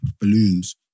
balloons